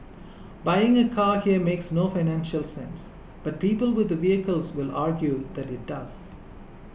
buying a car here makes no financial sense but people with vehicles will argue that it does